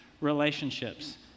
relationships